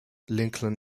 lincoln